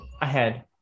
ahead